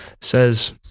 says